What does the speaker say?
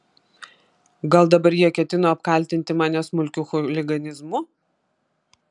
gal dabar jie ketino apkaltinti mane smulkiu chuliganizmu